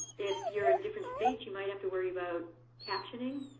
if you're in different states, you might have to worry about captioning.